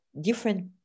different